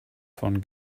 von